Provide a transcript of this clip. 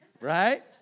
Right